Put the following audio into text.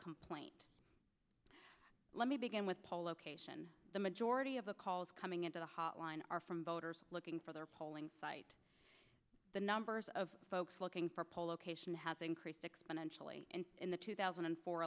complaint let me begin with the whole location the majority of the calls coming into the hotline are from voters looking for their polling site the numbers of folks looking for a poll location has increased exponentially in the two thousand and four